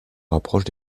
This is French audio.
rapproche